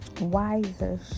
wiser